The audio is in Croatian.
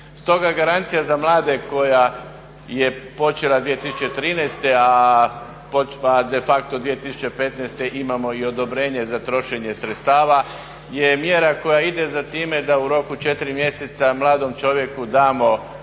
Stoga garancija za mlade koja je počela 2013., a treba de facto 2015. imamo i odobrenje za trošenje sredstava je mjera koja ide za time da u roku 4 mjeseca mladom čovjeku damo